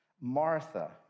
Martha